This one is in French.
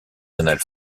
rénale